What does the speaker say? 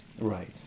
Right